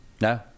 no